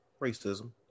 Racism